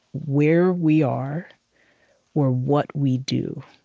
where we are or what we do.